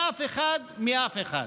לאף אחד מאף אחד.